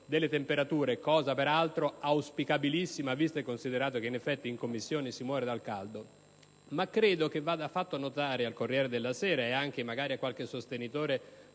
delle temperature (cosa peraltro auspicabilissima, visto e considerato che in effetti in Commissione si muore dal caldo), ma credo che vada fatto notare al «Corriere della Sera», e anche magari a qualche sostenitore